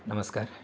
नमस्कार